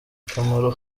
akamaro